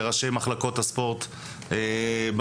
לאנשי מחלקות הספורט בערים.